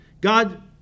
God